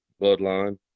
Bloodline